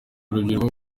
rubyiruko